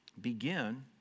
begin